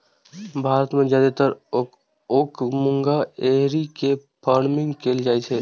भारत मे जादेतर ओक मूंगा एरी के फार्मिंग कैल जाइ छै